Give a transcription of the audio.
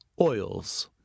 Oils